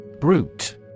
BRUTE